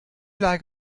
like